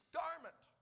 garment